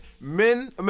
Men